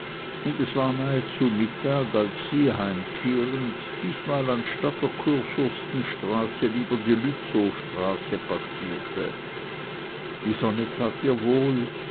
und es war nahezu mittag als sie heimkehrend diesmal anstatt der kurfürsten lieber die lützowstraße passierte die sonne tat ihr wohl